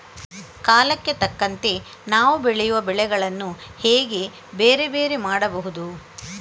ಕಾಲಕ್ಕೆ ತಕ್ಕಂತೆ ನಾವು ಬೆಳೆಯುವ ಬೆಳೆಗಳನ್ನು ಹೇಗೆ ಬೇರೆ ಬೇರೆ ಮಾಡಬಹುದು?